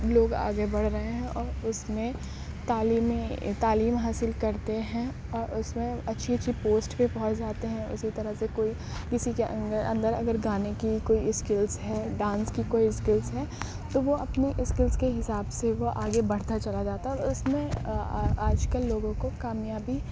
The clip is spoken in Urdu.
لوگ آگے بڑھ رہے ہیں اور اس میں تعلیم تعلیم حاصل کرتے ہیں اور اس میں اچھی اچھی پوسٹ پہ پہنچ جاتے ہیں اسی طرح سے کوئی کسی کے اندر اگر گانے کی اسکلس ہے ڈانس کی کوئی اسکلس ہے تو وہ اپنی اسکلس کے حساب سے وہ آگے بڑھتا چلا جاتا ہے اور اس میں آج کل لوگوں کو کامیابی